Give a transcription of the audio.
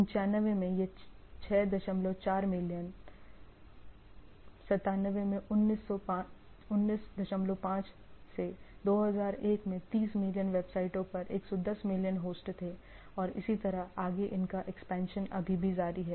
95 में यह 64 मिलियन 97 195 से 2001 में 30 मिलियन वेबसाइटों पर 110 मिलियन होस्ट थे और इसी तरह आगे इनका एक्सपेंशन अभी भी जारी है